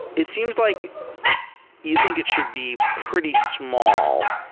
it seems like you think it should be pretty small.